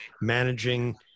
managing